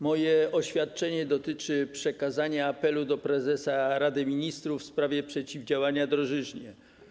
Moje oświadczenie dotyczy przekazania apelu do prezesa Rady Ministrów w sprawie przeciwdziałania drożyźnie.